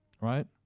right